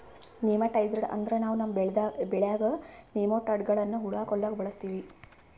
nematicide ಅಂದ್ರ ನಾವ್ ನಮ್ಮ್ ಬೆಳ್ಯಾಗ್ ನೆಮಟೋಡ್ಗಳ್ನ್ ಹುಳಾ ಕೊಲ್ಲಾಕ್ ಬಳಸ್ತೀವಿ